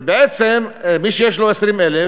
ובעצם מי שיש לו 20,000